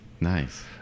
Nice